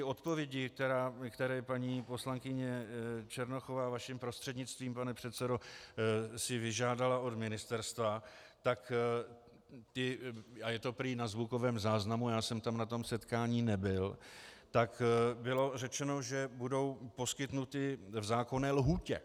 Odpovědi, které si paní poslankyně Černochová vaším prostřednictvím, pane předsedo, vyžádala od ministerstva, a je to prý na zvukovém záznamu, já jsem tam na tom setkání nebyl, tak bylo řečeno, že budou poskytnuty v zákonné lhůtě.